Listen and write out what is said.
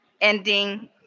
ending